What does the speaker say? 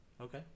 Okay